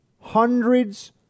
hundreds